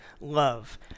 love